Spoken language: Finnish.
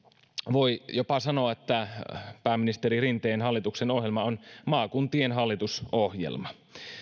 voi jopa sanoa että pääministeri rinteen hallituksen ohjelma on maakuntien hallitusohjelma